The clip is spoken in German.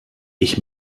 ich